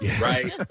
right